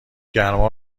گرما